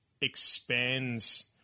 expands